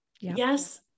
yes